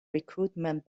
recruitment